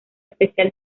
especial